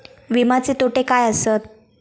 विमाचे तोटे काय आसत?